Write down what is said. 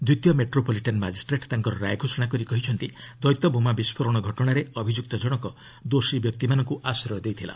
ଦ୍ୱିତୀୟ metropolitan magistrate ତାଙ୍କର ରାୟ ଘୋଷଣା କରି କହିଛନ୍ତି ଦ୍ୱୈତ ବୋମା ବିସ୍କୋରଣ ଘଟଣାରେ ଅଭିଯୁକ୍ତ ଜଣକ ଦୋଷୀ ବ୍ୟକ୍ତିମାନଙ୍କୁ ଆଶ୍ରୟ ଦେଇଥିଲା